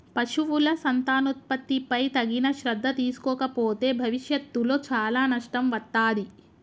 పశువుల సంతానోత్పత్తిపై తగిన శ్రద్ధ తీసుకోకపోతే భవిష్యత్తులో చాలా నష్టం వత్తాది